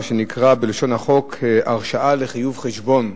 מה שנקרא בלשון החוק "הרשאה לחיוב חשבון".